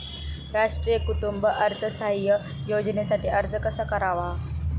राष्ट्रीय कुटुंब अर्थसहाय्य योजनेसाठी अर्ज कसा करावा?